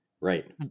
Right